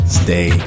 stay